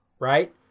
right